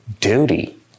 duty